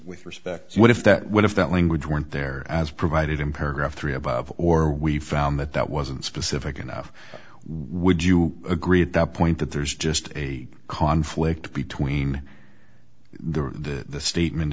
with respect what if that what if that language weren't there as provided in paragraph three above or we found that that wasn't specific enough would you agree at that point that there's just a conflict between the